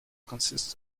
consists